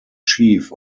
chief